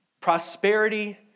prosperity